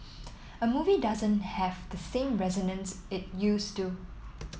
a movie doesn't have the same resonance it used to